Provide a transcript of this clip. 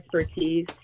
expertise